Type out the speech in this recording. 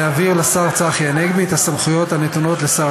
להעביר לשר צחי הנגבי את הסמכויות הנתונות לשר